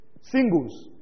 Singles